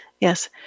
Yes